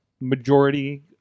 Majority